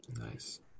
Nice